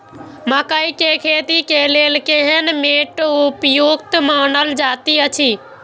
मकैय के खेती के लेल केहन मैट उपयुक्त मानल जाति अछि?